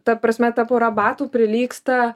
ta prasme ta pora batų prilygsta